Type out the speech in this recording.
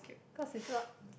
cause is not